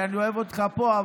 כי אני אוהב אותך פה,